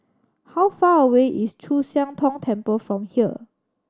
how far away is Chu Siang Tong Temple from here